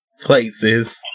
places